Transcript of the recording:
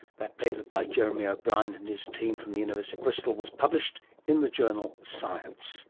that paper by jeremy o'brien and his team from the university of bristol was published in the journal science